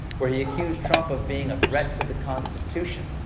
where he accused trump of being a threat to the constitution.